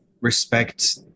respect